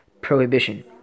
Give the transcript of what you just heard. prohibition